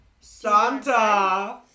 Santa